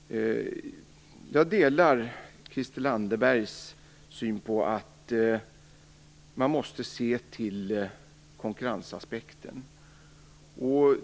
Jag delar Christel Anderbergs syn, att man måste se till konkurrensaspekten.